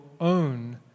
own